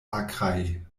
akraj